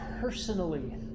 personally